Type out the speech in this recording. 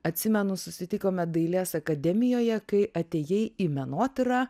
atsimenu susitikome dailės akademijoje kai atėjai į menotyrą